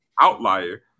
outlier